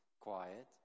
Quiet